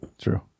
true